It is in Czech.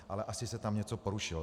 Ale asi se tam něco porušilo.